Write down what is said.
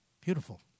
Beautiful